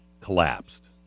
collapsed